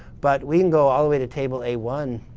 but we can go all the way to table a one